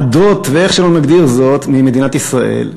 ועדות ואיך שלא נגדיר זאת במדינת ישראל.